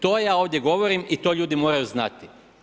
To ja ovdje govorim i to ljudi moraju znati.